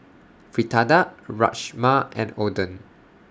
Fritada Rajma and Oden